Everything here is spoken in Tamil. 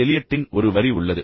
எலியட்டின் ஒரு வரி உள்ளது